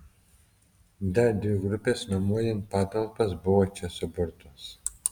dar dvi grupės nuomojant patalpas buvo čia suburtos